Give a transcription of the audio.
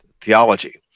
theology